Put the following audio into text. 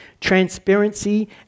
transparency